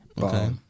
Okay